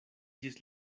ĝis